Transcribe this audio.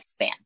lifespan